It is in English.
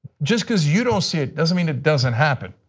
just because you don't see it doesn't mean it doesn't happen.